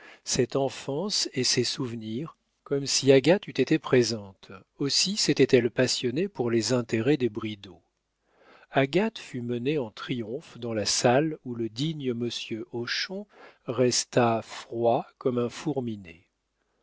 cette enfance et ses souvenirs comme si agathe eût été présente aussi s'était-elle passionnée pour les intérêts des bridau agathe fut menée en triomphe dans la salle où le digne monsieur hochon resta froid comme un four